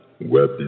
web